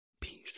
peace